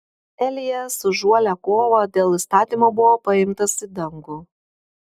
elijas už uolią kovą dėl įstatymo buvo paimtas į dangų